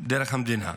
דרך המדינה.